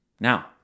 Now